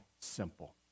simple